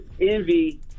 Envy